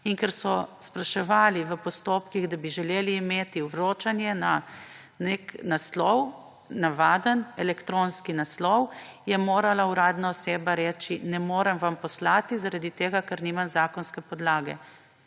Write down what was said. postopkih spraševali, da bi želeli imeti vročanje na nek naslov, navaden elektronski naslov, je morala uradna oseba reči: »Ne morem vam poslati, zaradi tega ker nimam zakonske podlage.«